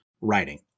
writing